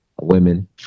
women